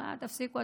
תפסיקו,